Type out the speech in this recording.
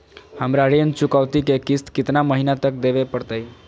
हमरा ऋण चुकौती के किस्त कितना महीना तक देवे पड़तई?